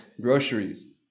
Groceries